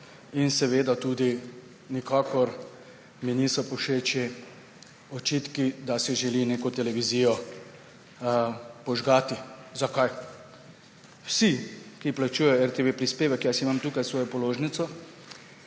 zavedamo. Nikakor mi niso povšeči očitki, da se želi neko televizijo požgati. Zakaj? Vsi, ki plačujejo RTV prispevek – jaz imam tukaj svojo položnic